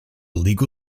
legal